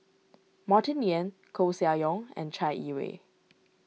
Martin Yan Koeh Sia Yong and Chai Yee Wei